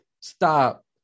Stop